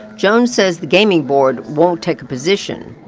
jones says the gaming board won't take a position.